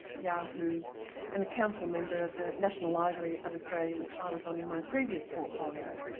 yahoo and a council member of the national library of australia which i was on in my previous portfolio.